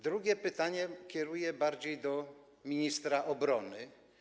Drugie pytanie kieruję bardziej do ministra obrony.